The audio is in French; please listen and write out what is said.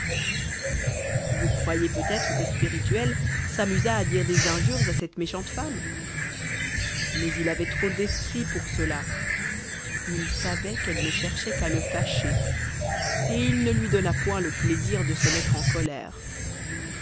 vous croyez peut-être que spirituel s'amusa à dire des injures à cette méchante femme mais il avait trop d'esprit pour cela il savait qu'elle ne cherchait qu'à le fâcher et il ne lui donna point le plaisir de se mettre en colère